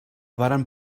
varen